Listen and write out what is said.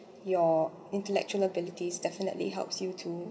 your intellectual abilities definitely helps you to